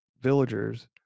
villagers